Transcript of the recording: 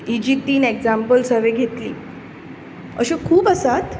ही जी तीन इग्जैम्पलस हांवें घेतली अश्यो खूब आसात